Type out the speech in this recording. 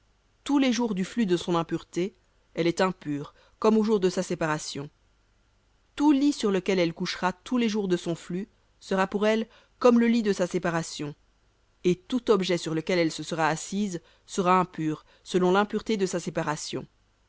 tous les jours du flux de son impureté elle est impure comme aux jours de sa séparation tout lit sur lequel elle couchera tous les jours de son flux sera pour elle comme le lit de sa séparation et tout objet sur lequel elle se sera assise sera impur selon l'impureté de sa séparation